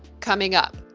coming up,